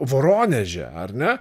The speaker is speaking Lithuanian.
voroneže ar ne